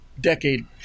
decade